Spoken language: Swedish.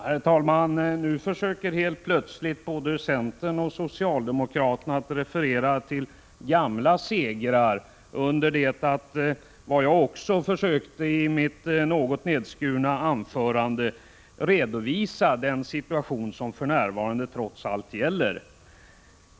Herr talman! Nu försöker helt plötsligt både centern och socialdemokraterna att referera till gamla segrar, under det att jag i mitt något förkortade anförande försökte redovisa den situation som för närvarande trots allt gäller.